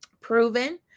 proven